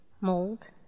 mold